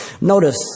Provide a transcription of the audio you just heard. Notice